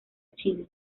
china